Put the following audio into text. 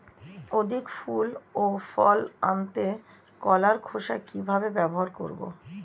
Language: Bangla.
অধিক ফুল ও ফল আনতে কলার খোসা কিভাবে ব্যবহার করব?